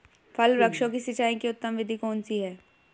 फल वृक्षों की सिंचाई की उत्तम विधि कौन सी है?